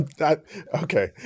Okay